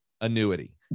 annuity